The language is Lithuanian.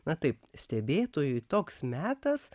na taip stebėtojui toks metas